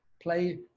play